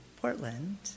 Portland